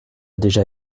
déjà